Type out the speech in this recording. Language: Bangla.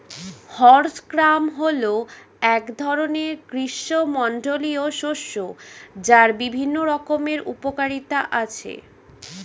হর্স গ্রাম হল এক ধরনের গ্রীষ্মমণ্ডলীয় শস্য যার বিভিন্ন রকমের উপকারিতা আছে